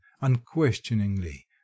unquestioningly